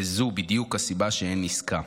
וזו בדיוק הסיבה שאין עסקה.